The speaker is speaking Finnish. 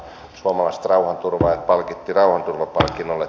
se on myös tärkeää muistaa